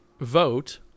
vote